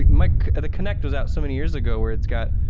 like ah the connect was out so many years ago where it's got